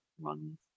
runs